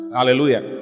Hallelujah